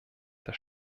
das